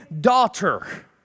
daughter